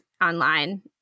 online